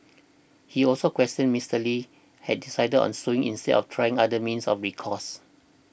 he also questioned Mister Lee had decided on suing instead of trying other means of recourse